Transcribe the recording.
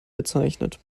bezeichnet